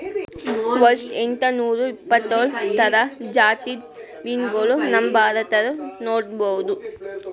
ವಟ್ಟ್ ಎಂಟನೂರಾ ಎಪ್ಪತ್ತೋಳ್ ಥರ ಜಾತಿದ್ ಮೀನ್ಗೊಳ್ ನಮ್ ಭಾರತದಾಗ್ ನೋಡ್ಬಹುದ್